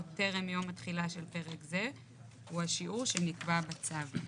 טרם יום התחילה של פרק זה הוא השיעור שנקבע בצו.